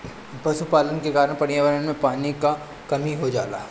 पशुपालन के कारण पर्यावरण में पानी क कमी हो जाला